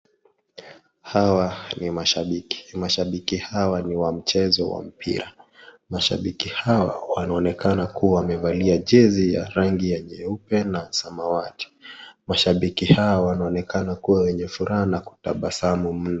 Hawa ni mashabiki. Mashabiki hawa ni wa mchezo wa mpira, mashabiki hawa wanaonekana kuwa wamevalia jersey ya rangi ya nyeupe na samawati. Mashabiki hawa wanaonekana kuwa wenye furaha na kutabasamu mno.